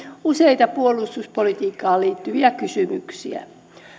useita puolustuspolitiikkaan liittyviä kysymyksiä